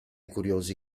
curiosi